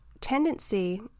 tendency